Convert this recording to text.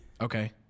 Okay